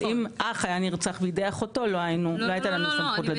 אבל אם אח היה נרצח בידי אחותו לא הייתה לנו סמכות לדון.